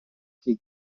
kid